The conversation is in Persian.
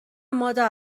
مادر